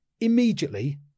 immediately